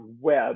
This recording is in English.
web